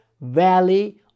Valley